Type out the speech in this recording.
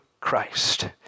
Christ